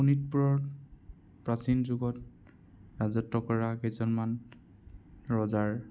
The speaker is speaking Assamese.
শোণিতপুৰত প্ৰাচীন যুগত ৰাজত্ব কৰা কেইজনমান ৰজাৰ